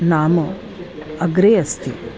नाम अग्रे अस्ति